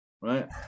right